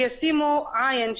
שישימו עין,